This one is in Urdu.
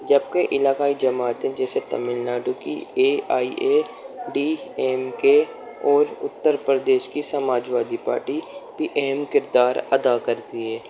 جبکہ علاقائی جماعتیں جیسے تمل ناڈو کی A I A D M K اور اتّر پردیش کی سماج وادی پارٹی بھی اہم کردار ادا کرتی ہے